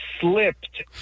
slipped